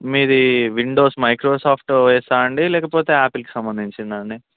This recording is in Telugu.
మీది విండోస్ మైక్రోసాఫ్ట్ ఓఎసా అండి లేకపోతే యాపిల్కి సంబంధించిందా అండి